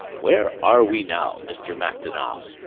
where are we now, mr. mactonal'?